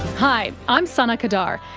hi, i'm sana qadar,